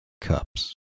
cups